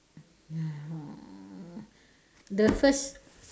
the first